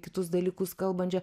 kitus dalykus kalbančią